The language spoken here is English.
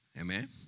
Amen